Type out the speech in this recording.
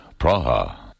Praha